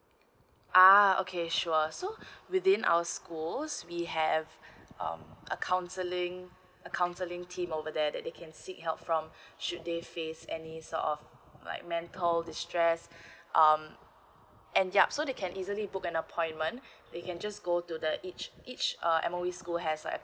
ah okay sure so within our schools we have um a counseling a counseling team over there that they can seek help from should they face any sort of like mental distress um and yup so they can easily book an appointment they can just go to the each each uh M_O_E school has a